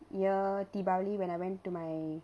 year deepavali when I went to my